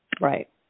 Right